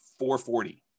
440